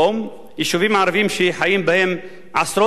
יישובים ערביים שחיים בהם עשרות אלפים.